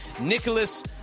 Nicholas